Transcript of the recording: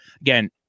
again